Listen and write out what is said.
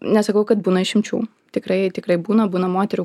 nesakau kad būna išimčių tikrai tikrai būna būna moterų